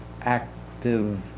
active